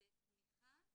זו תמיכה